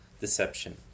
deception